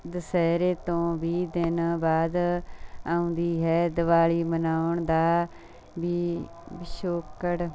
ਦੁਸ਼ਹਿਰੇ ਤੋਂ ਵੀਹ ਦਿਨ ਬਾਅਦ ਆਉਂਦੀ ਹੈ ਦੀਵਾਲੀ ਮਨਾਉਣ ਦਾ ਵੀ ਪਿਛੋਕੜ